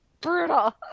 Brutal